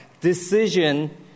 decision